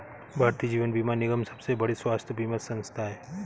भारतीय जीवन बीमा निगम सबसे बड़ी स्वास्थ्य बीमा संथा है